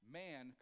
man